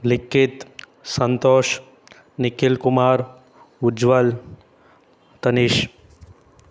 Likhith Santosh Nikhil Kumar Ujjwal Tanish